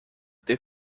ter